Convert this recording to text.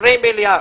20 מיליארד.